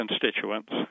constituents